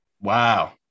Wow